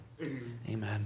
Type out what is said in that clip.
amen